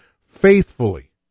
faithfully